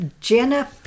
Jenna